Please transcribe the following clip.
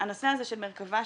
הנושא הזה של מרכב"ה,